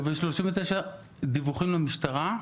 ו-39 דיווחים למשטרה,